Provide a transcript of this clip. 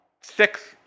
six